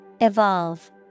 Evolve